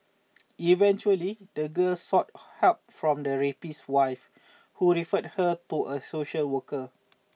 eventually the girl sought help from the rapist's wife who referred her to a social worker